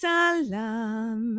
Salam